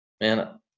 man